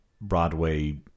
Broadway